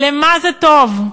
לְמה זה טוב?